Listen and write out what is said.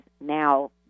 now